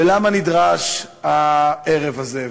ולמה נדרש הערב הזה,